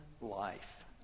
life